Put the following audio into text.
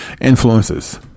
Influences